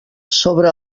sobre